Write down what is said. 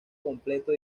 completo